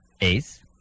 Ace